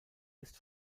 ist